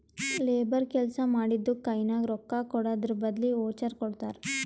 labour ಕೆಲ್ಸಾ ಮಾಡಿದ್ದುಕ್ ಕೈನಾಗ ರೊಕ್ಕಾಕೊಡದ್ರ್ ಬದ್ಲಿ ವೋಚರ್ ಕೊಡ್ತಾರ್